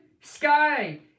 Sky